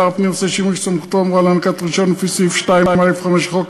שר הפנים עושה שימוש בסמכותו האמורה להענקת רישיון לפי סעיף 2(א)(5) לחוק